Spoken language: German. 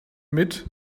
mit